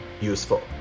useful